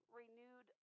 renewed